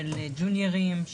לג'וניורים,